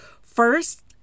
first